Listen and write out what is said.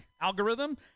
Algorithm